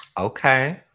okay